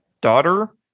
daughter